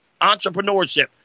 Entrepreneurship